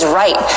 right